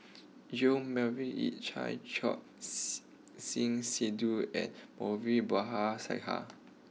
Yong Melvin Yik Chye Choor Singh Sidhu and Moulavi Babu Sahib